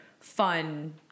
fun